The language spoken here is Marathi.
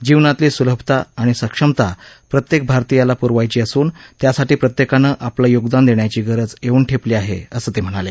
जीवनातली सुलभता आणि सक्षमता प्रत्येक भारतीयाला पुरवायची असून त्यासाठी प्रत्येकानं आपलं योगदान देण्याची वेळ येऊन ठेपली आहे असं ते म्हणाले